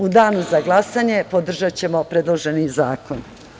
U danu za glasanje, podržaćemo predloženi zakon.